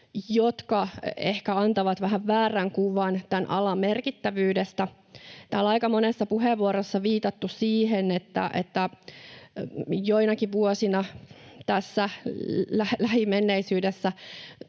jotka ehkä antavat vähän väärän kuvan tämän alan merkittävyydestä. Täällä on aika monessa puheenvuorossa viitattu siihen, että joinakin vuosina tässä lähimenneisyydessä